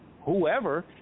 whoever